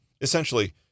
Essentially